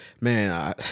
man